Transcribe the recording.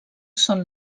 són